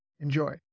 Enjoy